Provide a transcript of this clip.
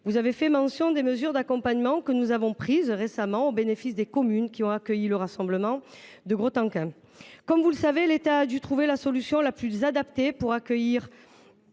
Vous avez fait mention des mesures d’accompagnement que nous avons prises récemment, au bénéfice des communes qui ont accueilli le rassemblement de Grostenquin. Comme vous le savez, l’État a dû trouver la solution la plus adaptée pour accueillir